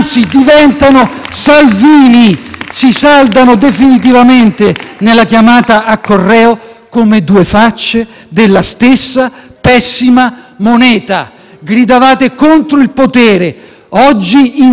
come due facce della stessa pessima moneta. Gridavate contro il potere; oggi insabbiate le accuse di abuso di potere e sequestro di persona rivolte a voi,